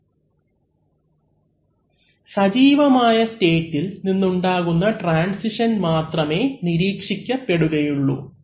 അവലംബിക്കുന്ന സ്ലൈഡ് സമയം 0723 സജീവമായ സ്റ്റേറ്റ്ഇൽ നിന്നുണ്ടാകുന്ന ട്രാൻസിഷൻ മാത്രമേ നിരീക്ഷിക്കപ്പെടുകയുള്ളൂ